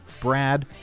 Brad